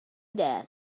that